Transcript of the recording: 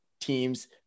teams